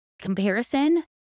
Comparison